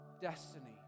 destiny